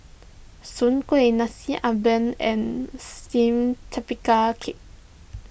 Soon Kway Nasi Ambeng and Steamed Tapioca Cake